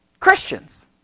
Christians